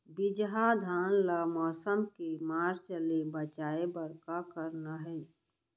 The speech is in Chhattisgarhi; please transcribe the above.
बिजहा धान ला मौसम के मार्च ले बचाए बर का करना है?